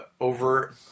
Over